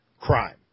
crime